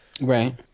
Right